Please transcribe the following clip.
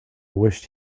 wished